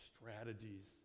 strategies